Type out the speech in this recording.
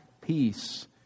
peace